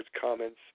comments